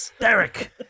Derek